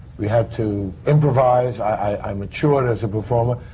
we had to improvise. i. i. i matured as a performer.